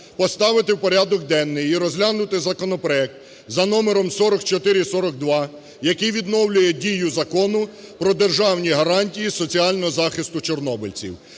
поставити в порядок денний і розглянути законопроект за № 4442, який відновлює дію Закону про державні гарантії соціального захисту чорнобильців.